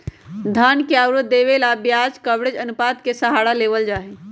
धन के उधार देवे ला ब्याज कवरेज अनुपात के सहारा लेवल जाहई